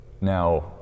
now